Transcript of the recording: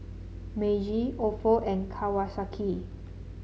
Meiji Ofo and Kawasaki